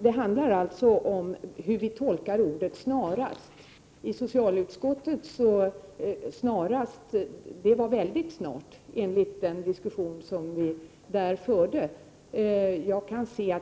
Det handlar om hur vi tolkar ordet snarast. I den diskussion som har förts i socialutskottet betyder snarast mycket snart.